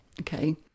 Okay